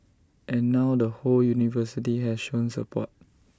and now the whole university has shown support